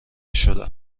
شدم